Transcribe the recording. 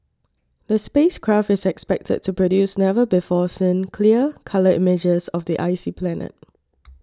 the space craft is expected to produce never before seen clear colour images of the icy planet